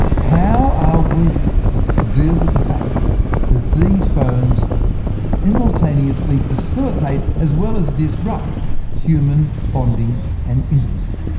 how are we to deal with the fact that these phones simultaneously facilitate as well as disrupt human bonding and intimacy?